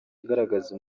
agaragaza